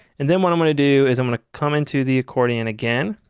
and then what i'm going to do is i'm going to come into the accordion again.